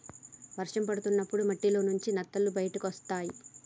వర్షం పడ్డప్పుడు మట్టిలోంచి నత్తలు బయటకొస్తయ్